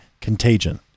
contagion